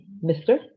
mister